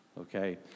okay